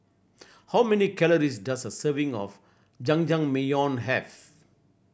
how many calories does a serving of Jajangmyeon have